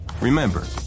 Remember